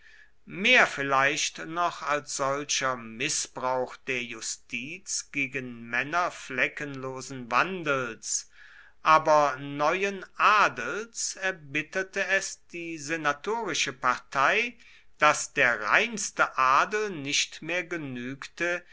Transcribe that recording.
mehr vielleicht noch als solcher mißbrauch der justiz gegen männer fleckenlosen wandels aber neuen adels erbitterte es die senatorische partei daß der reinste adel nicht mehr genügte